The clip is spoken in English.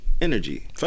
energy